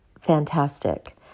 fantastic